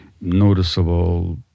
noticeable